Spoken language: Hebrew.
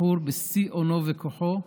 בחור בשיא אונו וכוחו,